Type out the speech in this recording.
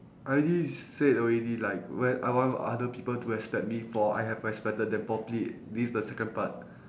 I already said already like well I want other people to respect me for I have respected them properly this is my second part